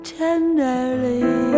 tenderly